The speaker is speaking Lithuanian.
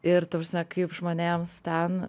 ir ta prasme kaip žmonėms ten